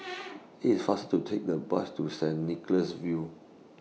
IT IS faster to Take The Bus to Saint Nicholas View